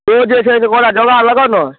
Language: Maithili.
ओ जे छै से ओकरा जोगाड़ लगाउ ने